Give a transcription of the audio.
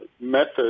methods